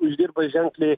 uždirba ženkliai